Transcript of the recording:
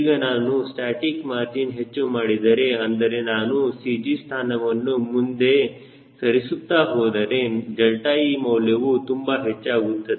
ಈಗ ನಾನು static margin ಹೆಚ್ಚು ಮಾಡಿದರೆ ಅಂದರೆ ನಾನು CG ಸ್ಥಾನವನ್ನು ಮುಂದೆ ಸರಿಸುತ್ತಾ ಹೋದರೆ 𝛿e ಮೌಲ್ಯವು ತುಂಬಾ ಹೆಚ್ಚಾಗುತ್ತದೆ